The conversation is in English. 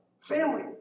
Family